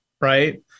right